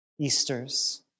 Easter's